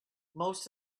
most